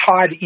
Todd